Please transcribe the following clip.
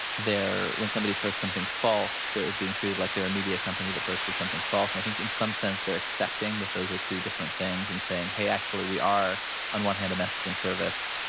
when somebody posts something false, they're being treated like they're a media company that posted something false. and i think in some sense, they're accepting that those are two different things and saying, hey, actually, we are on one hand a messaging service,